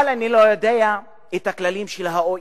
אני לא יודע את הכללים של ה-OECD,